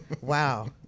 Wow